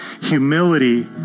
humility